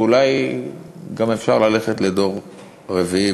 ואולי גם אפשר ללכת לדור רביעי,